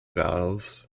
valves